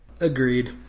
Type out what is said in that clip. Agreed